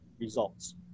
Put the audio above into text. results